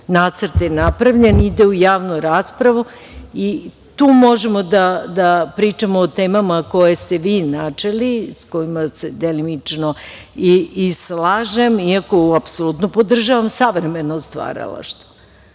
nacrt je napravljen i ide u javnu raspravu. Tu možemo da pričamo o temama koje ste vi načeli, sa kojima se delimično i slažem, iako apsolutno podržavam savremeno stvaralaštvo,